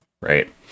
Right